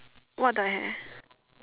what the hell